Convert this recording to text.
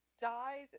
dies